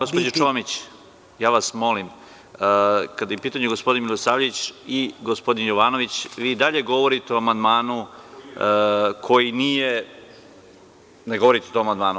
Gospođo Čomić, ja vas molim, i kada je u pitanju gospodin Milosavljević i gospodin Jovanović, vi i dalje govorite o amandmanu koji nije, tj. ne govorite o tom amandmanu.